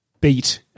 beat